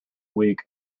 weak